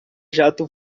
jato